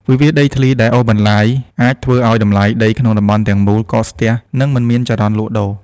វិវាទដីធ្លីដែលអូសបន្លាយ អាចធ្វើឱ្យតម្លៃដីក្នុងតំបន់ទាំងមូលកកស្ទះ និងមិនមានចរន្តលក់ដូរ។